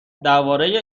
درباره